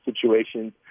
situations